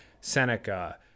Seneca